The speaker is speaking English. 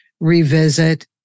revisit